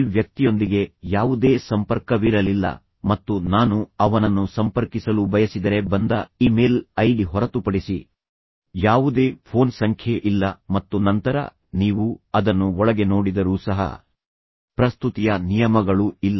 ಈ ವ್ಯಕ್ತಿಯೊಂದಿಗೆ ಯಾವುದೇ ಸಂಪರ್ಕವಿರಲಿಲ್ಲ ಮತ್ತು ನಾನು ಅವನನ್ನು ಸಂಪರ್ಕಿಸಲು ಬಯಸಿದರೆ ಬಂದ ಇಮೇಲ್ ಐಡಿ ಹೊರತುಪಡಿಸಿ ಯಾವುದೇ ಫೋನ್ ಸಂಖ್ಯೆ ಇಲ್ಲ ಮತ್ತು ನಂತರ ನೀವು ಅದನ್ನು ಒಳಗೆ ನೋಡಿದರೂ ಸಹ ಪ್ರಸ್ತುತಿಯ ನಿಯಮಗಳು ಇಲ್ಲ